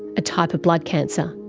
a type of blood cancer.